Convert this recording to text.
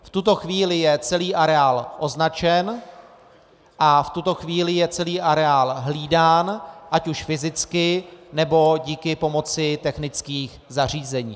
V tuto chvíli je celý areál označen a v tuto chvíli je celý areál hlídán ať už fyzicky, nebo díky pomoci technických zařízení.